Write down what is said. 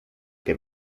que